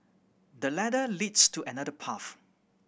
the ladder leads to another path